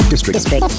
District